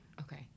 Okay